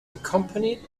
accompanied